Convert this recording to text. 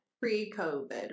pre-COVID